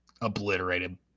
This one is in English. obliterated